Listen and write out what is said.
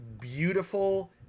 beautiful